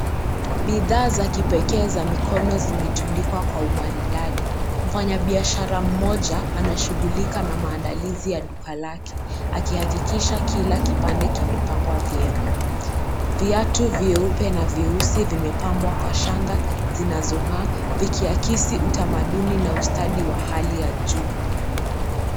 Bidhaa za kipekee za mikono zimetundikwa kwa umaridadi. Mfanyabiashara mmoja, anashughulika na maandalizi ya duka lake akihakikisha kila kipande kimepangwa vyema. Viatu vyeupe na vyeusi vimepambwa kwa shanga zinazong'aa vikiakisi utamaduni na ustadi wa hali ya juu.